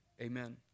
Amen